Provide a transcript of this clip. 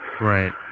Right